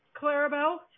Clarabelle